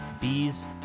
bees